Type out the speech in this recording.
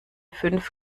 fünf